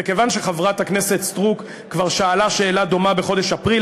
וכיוון שחברת הכנסת סטרוק כבר שאלה שאלה דומה בחודש אפריל,